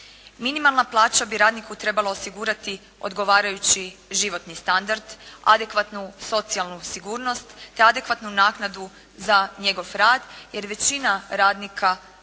Minimalna plaća bi radniku trebala osigurati odgovarajući životni standard, adekvatnu socijalnu sigurnost, te adekvatnu naknadu za njegov rad, jer većina radnika u